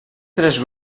tres